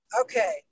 Okay